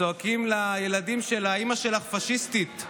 צועקים לילדים שלה: אימא שלך פשיסטית.